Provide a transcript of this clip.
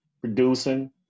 producing